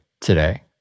today